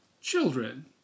children